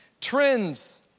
Trends